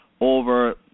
over